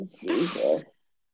Jesus